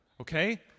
okay